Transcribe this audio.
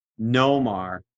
Nomar